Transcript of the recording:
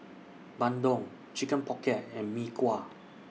Bandung Chicken Pocket and Mee Kuah